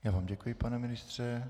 Já vám děkuji, pane ministře.